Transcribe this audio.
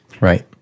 Right